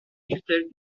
tutelle